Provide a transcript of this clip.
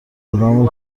آدم